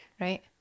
right